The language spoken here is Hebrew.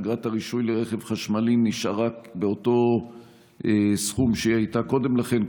אגרת הרישוי לרכב חשמלי נשארה באותו סכום שהיא הייתה קודם לכן,